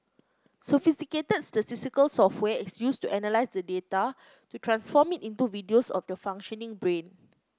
sophisticated statistical software is used to analyse the data to transform it into videos of the functioning brain